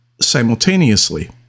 simultaneously